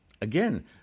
Again